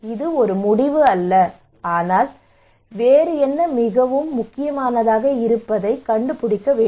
இது ஒரு முடிவு அல்ல ஆனால் வேறு என்ன மிகவும் முக்கியமானதாக இருப்பதையும் கண்டுபிடிக்க வேண்டும்